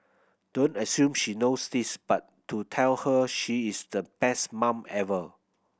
don't assume she knows this but do tell her she is the best mum ever